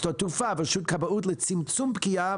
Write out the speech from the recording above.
שדות תעופה ורשות הכבאות לצמצום פגיעה